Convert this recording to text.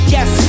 Yes